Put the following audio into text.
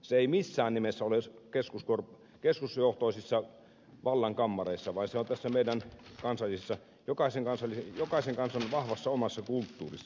se ei missään nimessä ole keskusjohtoisissa vallan kammareissa vaan se on meidän jokaisen kansan vahvassa omassa kulttuurissa